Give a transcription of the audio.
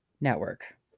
Network